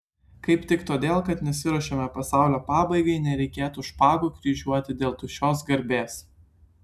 kaip tik todėl kad nesiruošiame pasaulio pabaigai nereikėtų špagų kryžiuoti dėl tuščios garbės